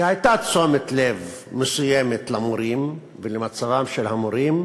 שהייתה תשומת לב מסוימת למורים ולמצבם של המורים,